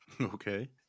Okay